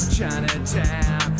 Chinatown